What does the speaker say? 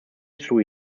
through